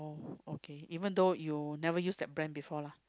okay even though you never use that brand before lah